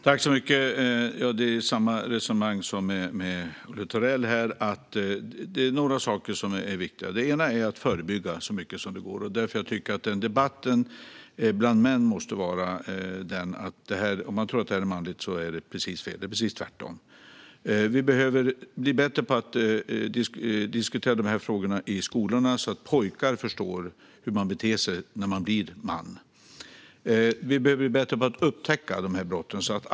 Herr talman! Det är samma resonemang som med Olle Thorell. Det finns några saker som är viktiga. En sak är att förebygga så mycket som det går. Det är därför jag tycker att debatten bland män måste handla om att det är alldeles fel om man tror att detta är manligt - det är precis tvärtom. En annan sak är att vi behöver bli bättre på att diskutera dessa frågor i skolorna så att pojkar förstår hur man beter sig när man blir man. En tredje sak är att vi behöver bli bättre på att upptäcka dessa brott.